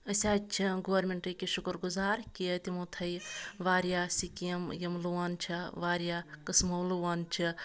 أسۍ حَظ چھِ گورمنٹٕکۍ شُکُر گُزار کہِ تِمو تھٲے واریاہ سِکیٖم یِم لون چھِ واریاہ قٕسمو لون چھِ